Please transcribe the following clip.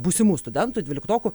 būsimų studentų dvyliktokų